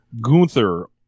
Gunther